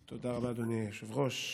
תודה רבה, אדוני היושב-ראש.